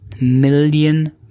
million